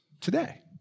today